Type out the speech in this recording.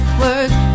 words